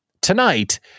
Tonight